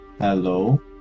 Hello